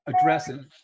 addressing